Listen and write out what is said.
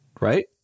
Right